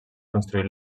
construir